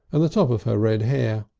and the top of her red hair.